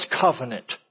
covenant